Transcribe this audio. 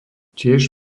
tiež